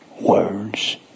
words